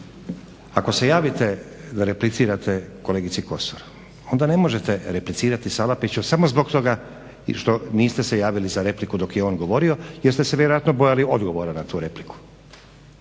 ako se javite da replicirate kolegici Kosor onda ne možete replicirati Salapiću samo zbog toga što niste se javili za repliku dok je on govorio jer ste se vjerojatno bojali odgovora na tu repliku.